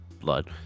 blood